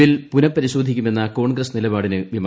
bill പുനഃപരിശോധിക്കുമെന്ന കോൺഗ്രസ് നിലപാടിന് വിമർശനം